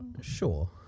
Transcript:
Sure